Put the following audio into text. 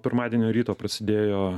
pirmadienio ryto prasidėjo